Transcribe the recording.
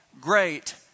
great